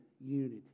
unity